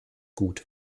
gut